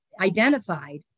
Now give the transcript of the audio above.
identified